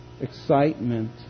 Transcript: excitement